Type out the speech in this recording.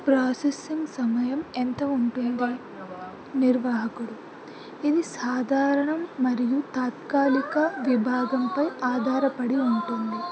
processing సమయం ఎంత ఉంటుందో నిర్వాహకుడు ఇది సాధారణం మరియు తాత్కాలిక విభాగంపై ఆధారపడి ఉంటుంది